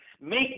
Make